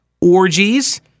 orgies